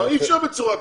אי אפשר בצורה כזאת.